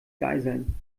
geiseln